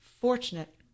fortunate